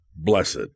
blessed